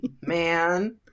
Man